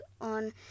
on